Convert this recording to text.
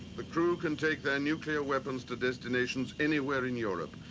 the crew can take their nuclear weapons to destinations anywhere in europe,